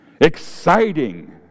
exciting